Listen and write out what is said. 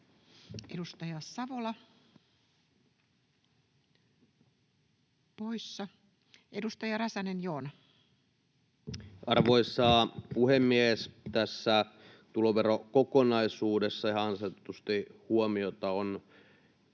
Edustaja Savola, poissa. — Edustaja Räsänen, Joona. Arvoisa puhemies! Tässä tuloverokokonaisuudessa ihan ansaitusti huomiota